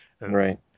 right